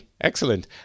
Excellent